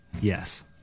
Yes